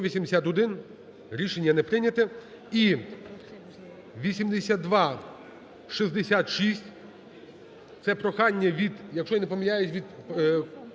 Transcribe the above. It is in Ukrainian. За-181 Рішення не прийнято. І 8266. Це прохання від, якщо я не помиляюся, від